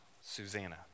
Susanna